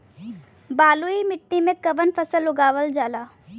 बलुई मिट्टी में कवन फसल उगावल जाला?